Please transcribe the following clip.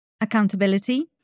Accountability